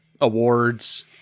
awards